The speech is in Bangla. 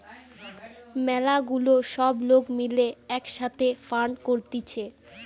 ম্যালা গুলা সব লোক মিলে এক সাথে ফান্ড করতিছে